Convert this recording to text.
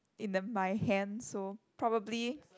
in the my hands so probably